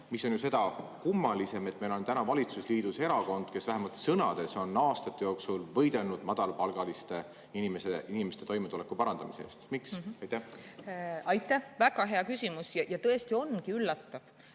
See on ju seda kummalisem, et meil on valitsusliidus erakond, kes vähemalt sõnades on aastate jooksul võidelnud madalapalgaliste inimeste toimetuleku parandamise eest. Aitäh! Väga hea küsimus. Tõesti ongi üllatav,